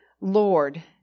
Lord